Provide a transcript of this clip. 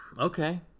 Okay